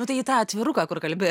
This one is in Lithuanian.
nu tai į tą atviruką kur kalbi